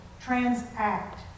transact